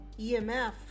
EMF